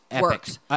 works